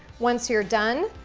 once you're done,